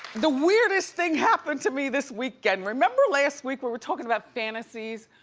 the weirdest thing happened to me this weekend. remember last week we were talking about fantasies?